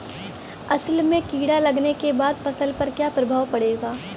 असल में कीड़ा लगने के बाद फसल पर क्या प्रभाव पड़ेगा?